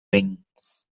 rings